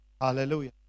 Hallelujah